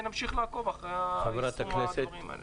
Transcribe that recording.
נמשיך לעקוב אחרי יישום הדברים האלה.